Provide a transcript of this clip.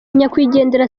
nyakwigendera